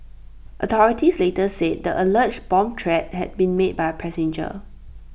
authorities later said the alleged bomb threat had been made by A passenger